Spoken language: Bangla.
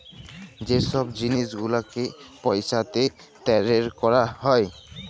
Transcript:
যে ছব জিলিস গুলালকে পইসাতে টারেল ক্যরা হ্যয়